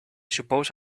suppose